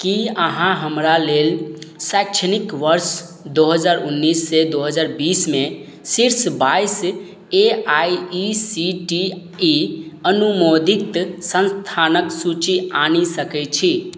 कि अहाँ हमरा लेल शैक्षणिक वर्ष दू हजार उन्नैससँ दू हजार बीसमे शीर्ष बाइस A I E C T E अनुमोदित संस्थानक सूचि आनि सकय छी